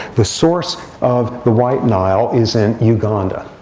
the source of the white nile is in uganda.